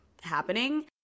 happening